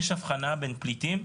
יש הבחנה בין פליטים,